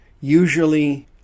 usually